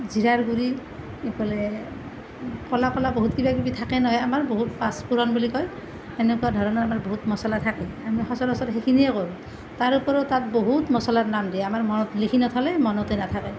জিৰাৰ গুড়ি ইফালে ক'লা ক'লা বহুত কিবা থাকে নহয় আমাৰ বহুত পাঁচ ফোৰণ বুলি কয় সেনেকুৱা ধৰণৰ আমাৰ বহুত মছলা থাকে মই সচৰাচৰ সেইখিনিয়ে কৰোঁ তাৰ উপৰিও বহুত মছলাৰ নাম দিয়ে আমাৰ মনত লিখি নথলে মনতে নাথাকে